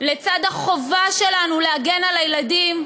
אותו ואת החובה שלנו להגן על הילדים,